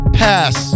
pass